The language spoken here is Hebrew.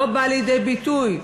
לא בא לידי ביטוי.